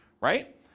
right